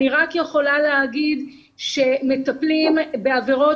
אני רק יכולה להגיד שמטפלים בעבירות